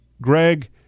Greg